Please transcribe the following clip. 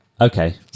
Okay